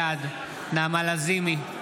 בעד נעמה לזימי,